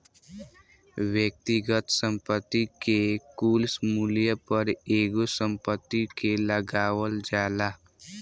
व्यक्तिगत संपत्ति के कुल मूल्य पर एगो संपत्ति के लगावल जाला